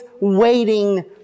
waiting